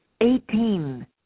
Eighteen